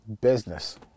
business